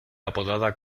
apodada